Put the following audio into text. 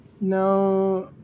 no